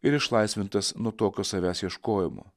ir išlaisvintas nuo tokio savęs ieškojimo